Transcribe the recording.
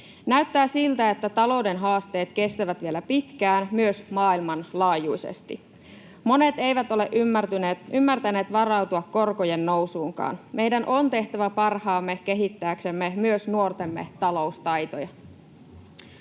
Näyttää siltä, että talouden haasteet kestävät vielä pitkään, myös maailmanlaajuisesti. Monet eivät ole ymmärtäneet varautua korkojen nousuunkaan. Meidän on tehtävä parhaamme kehittääksemme myös nuortemme taloustaitoja.